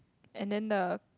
and then a